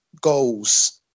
goals